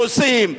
רוסים,